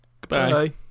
Goodbye